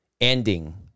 ending